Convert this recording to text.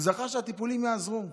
הוא זכה לכך שהטיפולים יעזרו,